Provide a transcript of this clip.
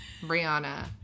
Brianna